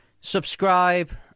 Subscribe